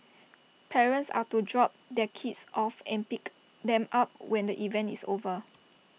parents are to drop their kids off and pick them up when the event is over